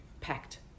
packed